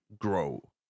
grow